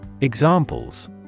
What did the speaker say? Examples